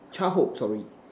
childhood sorry